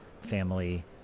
family